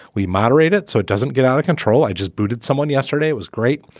we moderate it so it doesn't get out of control. i just booted someone yesterday. it was great.